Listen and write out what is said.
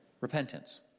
Repentance